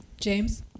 James